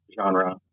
genre